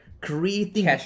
Creating